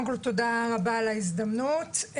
תודה רבה על ההזדמנות.